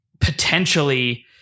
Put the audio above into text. potentially